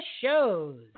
shows